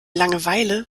langeweile